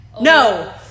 no